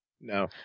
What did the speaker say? No